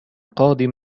قادم